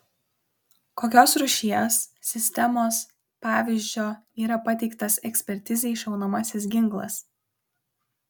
kokios rūšies sistemos pavyzdžio yra pateiktas ekspertizei šaunamasis ginklas